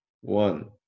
one